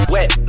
Wet